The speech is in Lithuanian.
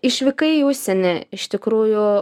išvykai į užsienį iš tikrųjų